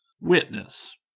Witness